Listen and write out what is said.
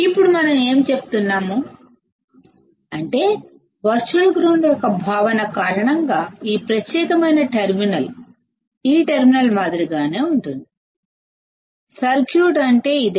ఇప్పుడుమనం ఏమి చెప్తున్నాము అంటే వర్చువల్ గ్రౌండ్ యొక్క భావన కారణంగా ఈ ప్రత్యేకమైన టెర్మినల్ ఈ టెర్మినల్ మాదిరిగానే ఉంటుంది సర్క్యూట్ అంటే ఇదే